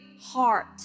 heart